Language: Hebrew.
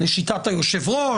לשיטת היושב-ראש,